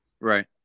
right